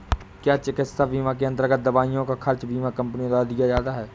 क्या चिकित्सा बीमा के अन्तर्गत दवाइयों का खर्च बीमा कंपनियों द्वारा दिया जाता है?